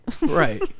right